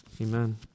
Amen